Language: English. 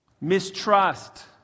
Mistrust